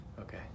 okay